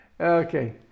okay